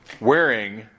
wearing